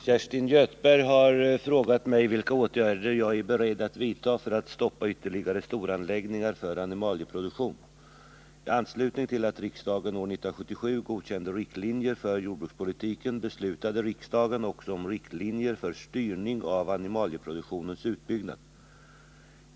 Herr talman! Kerstin Göthberg har frågat mig vilka åtgärder jag är beredd att vidta för att stoppa ytterligare storanläggningar för animalieproduktion. I anslutning till att riksdagen år 1977 godkände riktlinjer för jordbrukspolitiken beslutade riksdagen också om riktlinjer för styrning av animalieproduktionens utbyggnad.